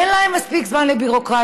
אין להם מספיק זמן לביורוקרטיה.